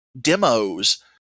demos